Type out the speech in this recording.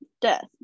death